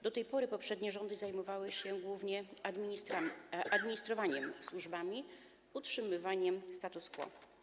Do tej pory poprzednie rządy zajmowały się głównie administrowaniem służbami, utrzymywaniem status quo.